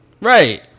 Right